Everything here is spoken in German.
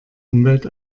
umwelt